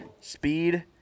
speed